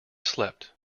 slept